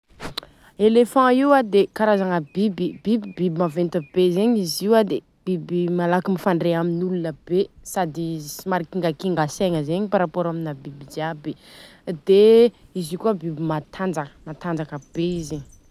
Elefagna io dia karazagna biby, biby maventy be zegny izy io dia biby malaky mifandre amin'olona be sady somary kingakinga segna zegny par rapport amina biby jiaby, dia izy koa biby mantanjaka, mantanjaka be izy.